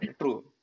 True